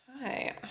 hi